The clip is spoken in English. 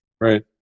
Right